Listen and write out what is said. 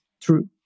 true